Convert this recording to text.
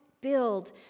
build